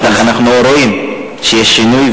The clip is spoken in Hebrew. ובשטח אנחנו רואים שיש שינוי ויש,